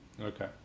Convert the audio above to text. Okay